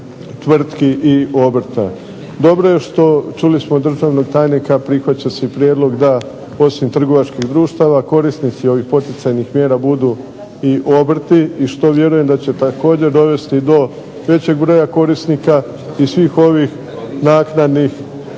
tvrtki i obrta. Dobro je što, čuli smo državnog tajnika prihvaća se prijedlog da osim trgovačkih društava korisnici ovih poticajnih mjera budu i obrti i što vjerujem da će također dovesti do većeg broja korisnika i svih ovih naknadnih znači